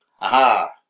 Aha